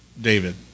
David